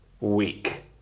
week